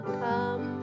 come